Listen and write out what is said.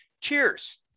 Cheers